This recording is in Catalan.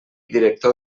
director